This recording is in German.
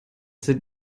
sind